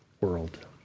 world